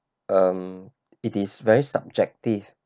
err it is very subjective